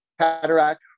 cataract